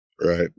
Right